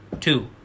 Two